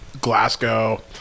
Glasgow